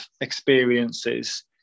experiences